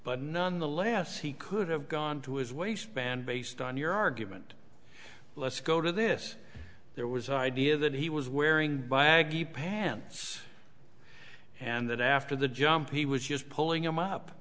but none the less he could have gone to his waistband based on your argument let's go to this there was an idea that he was wearing baggy pants and that after the jump he was just pulling him up